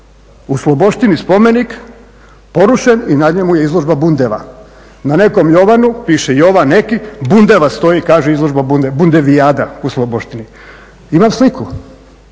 U Sloboštini spomenik porušen i na njemu je izložba bundeva. Na nekom Jovanu piše Jovan neki, bundeva stoji i kaže izložba bundeva, Bundevijada u Sloboštini. Imam sliku,